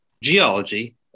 geology